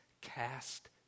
cast